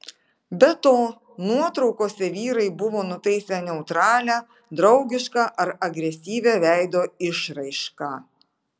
be to nuotraukose vyrai buvo nutaisę neutralią draugišką ar agresyvią veido išraišką